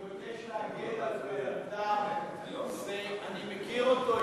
אני מבקש להגן על כלנתר, אני מכיר אותו אישית.